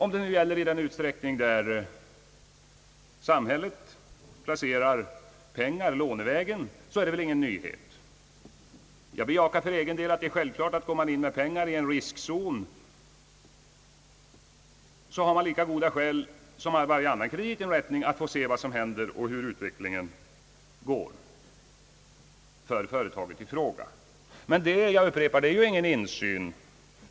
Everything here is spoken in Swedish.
Om detta nu gäller endast i den utsträckning som samhället placerar pengar lånevägen, är det väl ingen nyhet. Jag bejakar för egen del det självklara i, att om man går in med pengar i en riskzon, har man lika goda skäl som varje annan kreditinrättning att få se vad som händer och hur utvecklingen är för företaget i fråga. Men detta är ju ingenting nytt.